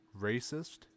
racist